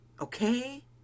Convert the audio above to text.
Okay